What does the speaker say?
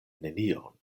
nenion